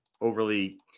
overly